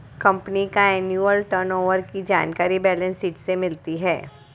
company का annual turnover की जानकारी बैलेंस शीट से मिलती है